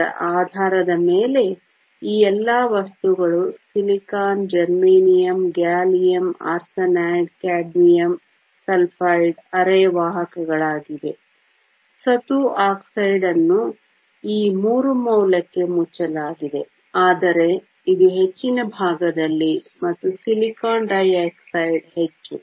ಇದರ ಆಧಾರದ ಮೇಲೆ ಈ ಎಲ್ಲಾ ವಸ್ತುಗಳು silicon germanium gallium arsenide cadmium sulphide ಅರೆವಾಹಕಗಳಾಗಿವೆ ಸತು ಆಕ್ಸೈಡ್ ಅನ್ನು ಈ ಮೂರು ಮೌಲ್ಯಕ್ಕೆ ಮುಚ್ಚಲಾಗಿದೆ ಆದರೆ ಇದು ಹೆಚ್ಚಿನ ಭಾಗದಲ್ಲಿ ಮತ್ತು ಸಿಲಿಕಾನ್ ಡೈಆಕ್ಸೈಡ್ ಹೆಚ್ಚು